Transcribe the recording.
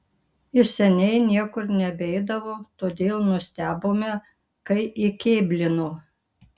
jis seniai niekur nebeidavo todėl nustebome kai įkėblino